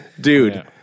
dude